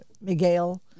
Miguel